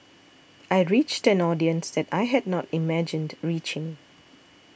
I reached an audience that I had not imagined reaching